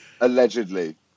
Allegedly